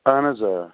اہَن حظ آ